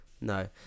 No